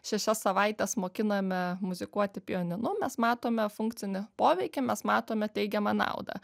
šešias savaites mokiname muzikuoti pianinu mes matome funkcinį poveikį mes matome teigiamą naudą